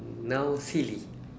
now silly